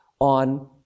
on